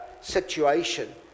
situation